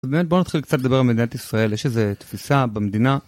באמת בוא נתחיל קצת לדבר על מדינת ישראל, יש איזה תפיסה במדינה.